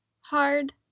hard